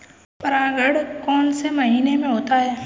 परागण कौन से महीने में होता है?